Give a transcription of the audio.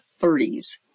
30s